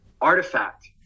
artifact